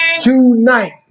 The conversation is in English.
tonight